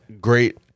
great